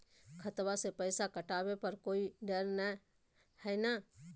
खतबा से पैसबा कटाबे पर कोइ डर नय हय ना?